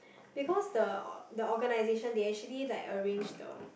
because the the organization they actually like arrange the